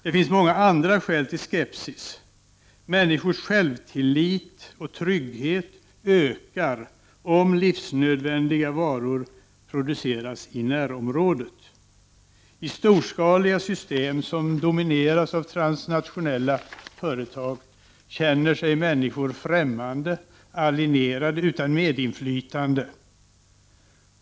Det finns många andra skäl till skepsis: Människors självtillit och trygghet ökar om livsnödvändiga varor produceras i närområdet. I storskaliga system som domineras av transnationella företag känner sig människor främmande, alienerade, utan medinflytande.